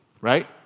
Right